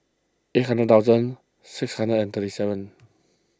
eight hundred thousand six hundred and thirty seven